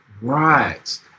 Right